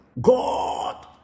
God